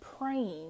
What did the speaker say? praying